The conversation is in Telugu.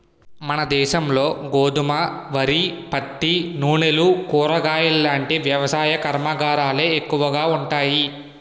మనదేశంలో గోధుమ, వరి, పత్తి, నూనెలు, కూరగాయలాంటి వ్యవసాయ కర్మాగారాలే ఎక్కువగా ఉన్నాయి